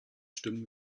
stimmen